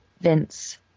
Vince